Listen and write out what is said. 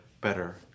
better